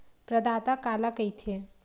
प्रदाता काला कइथे?